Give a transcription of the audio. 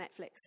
Netflix